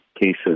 cases